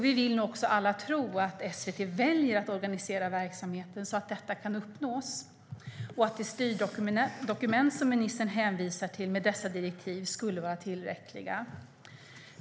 Vi vill nog alla tro att SVT väljer att organisera verksamheten så att detta kan uppnås och att de styrdokument som ministern hänvisar till med dessa direktiv skulle vara tillräckliga.